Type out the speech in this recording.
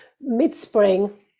mid-spring